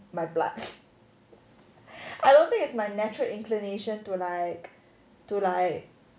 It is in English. my blood I don't think it's my natural inclination to like to like